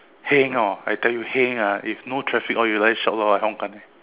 heng orh I tell you heng ah if no traffic or you like that shout like some hong kan leh